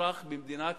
מהאזרח במדינת